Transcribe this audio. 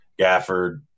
Gafford